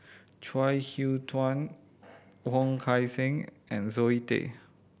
Chuang Hui Tsuan Wong Kan Seng and Zoe Tay